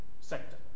sector